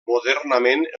modernament